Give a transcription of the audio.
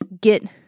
get